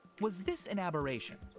was this an aberration?